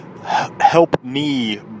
help-me